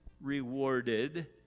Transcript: rewarded